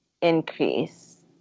increase